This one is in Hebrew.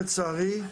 לצערי,